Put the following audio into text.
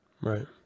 Right